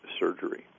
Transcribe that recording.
surgery